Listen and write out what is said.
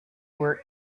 were